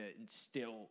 instill